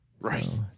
Right